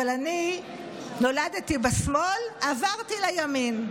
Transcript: אבל אני נולדתי בשמאל, עברתי לימין.